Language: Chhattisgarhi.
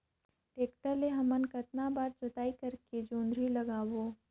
टेक्टर ले हमन कतना बार जोताई करेके जोंदरी लगाबो?